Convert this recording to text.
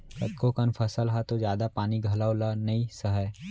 कतको कन फसल ह तो जादा पानी घलौ ल नइ सहय